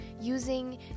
using